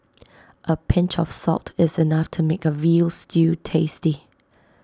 A pinch of salt is enough to make A Veal Stew tasty